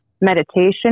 meditation